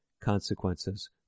consequences